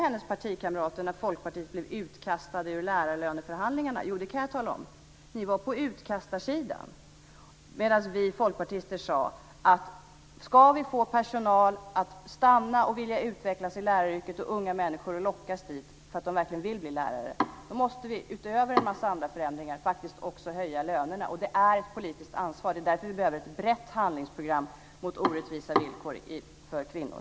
Jo, det kan jag tala om. Ni var på utkastarsidan medan vi folkpartister sade att vi, om vi ska få personal att stanna och vilja utvecklas i läraryrket och unga människor att lockas dit för att de verkligen vill bli lärare, utöver en massa andra förändringar faktiskt också måste höja lönerna. Och det är ett politiskt ansvar. Det är därför som vi behöver ett brett handlingsprogram mot orättvisa villkor för kvinnor.